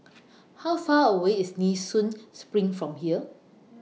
How Far away IS Nee Soon SPRING from here